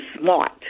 smart